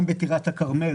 גם בטירת הכרמל,